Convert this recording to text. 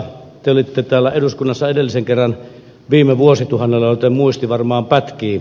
te olitte täällä eduskunnassa edellisen kerran viime vuosituhannella joten muisti varmaan pätkii